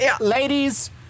ladies